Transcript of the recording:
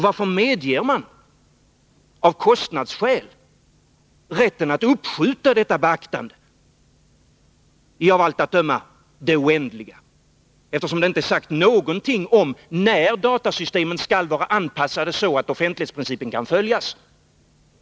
Varför medger man av kostnadsskäl rätten att uppskjuta ”beaktandet”, av allt att döma i det oändliga, eftersom det inte är sagt någonting om när datasystemen skall vara anpassade så att offentlighetsprincipen kan följas.